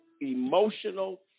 emotional